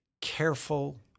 careful